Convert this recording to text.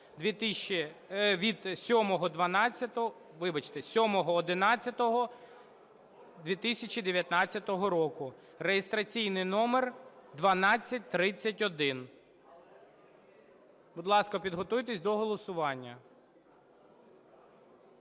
07.11.2019 року (реєстраційний номер 1231). Будь ласка, підготуйтесь до голосування.